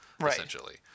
essentially